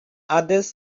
others